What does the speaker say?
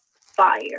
fire